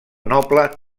noble